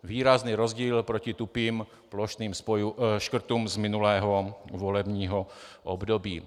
Výrazný rozdíl proti tupým plošným škrtům z minulého volebního období.